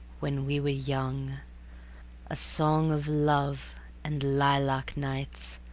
when we were young a song of love and lilac nights,